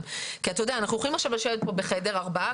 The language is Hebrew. כי אנחנו הולכים עכשיו לשבת בחדר ארבעה,